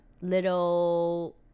little